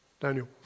Daniel